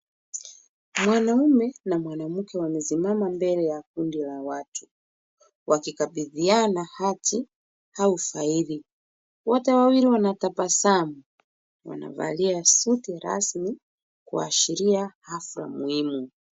Mwanaume na mwanamke wamesimama mbele ya kundi la watu. Wakikabithiana hati, au faili. Wote wawili wanatabasamu. Wanavalia suti rasmi, kuashiria hafla muhimu.